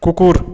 কুকুর